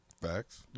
Facts